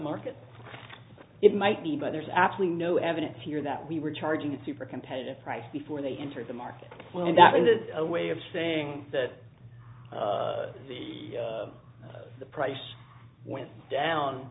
market it might be but there's absolutely no evidence here that we were charging a super competitive price before they entered the market and that ended a way of saying that the the price went down